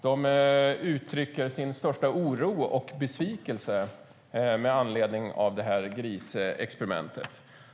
De uttrycker där sin största oro och besvikelse med anledning av grisexperimentet.